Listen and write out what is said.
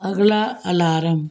ਅਗਲਾ ਅਲਾਰਮ